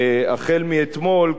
מאתמול.